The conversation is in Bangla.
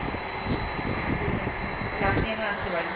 ঠিক আছে তাহলে আপনি এখন আসতে পারেন